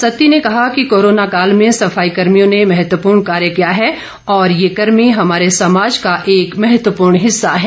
सत्ती ने कहा कि कोरोना काल में सफाई कर्भियों ने महत्वपूर्ण कार्य किया है और ये कर्मी हमारे समाज का एक महत्वपूर्ण हिस्सा है